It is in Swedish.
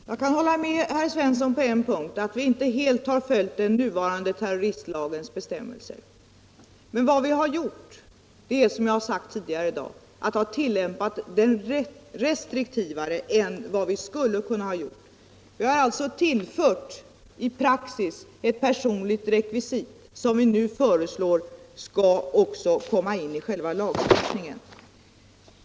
Herr talman! Jag kan hålla med herr Svensson på en punkt: att vi inte helt har följt den nuvarande terroristlagens bestämmelser. Men vad vi har gjort är, som jag har sagt tidigare i dag, att vi har tillämpat den mera restriktivt än vad vi skulle ha kunnat göra. Vi har alltså tillfört — i praxis! — ett personligt rekvisit som vi nu föreslår också skall komma in i själva lagstiftningen.